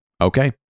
Okay